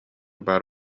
баар